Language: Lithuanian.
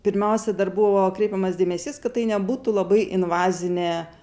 pirmiausia dar buvo kreipiamas dėmesys kad tai nebūtų labai invazinė